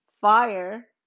fire